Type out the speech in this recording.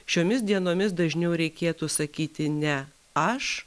šiomis dienomis dažniau reikėtų sakyti ne aš